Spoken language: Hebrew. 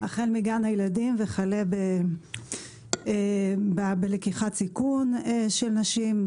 החל מגן הילדים וכלה בלקיחת סיכון של נשים,